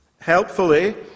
Helpfully